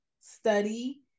study